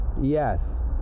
Yes